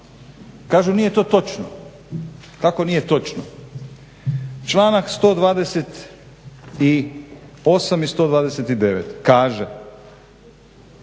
Kažu nije to točno. Kako nije točno? Članak 128. i 129. kaže